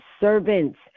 servants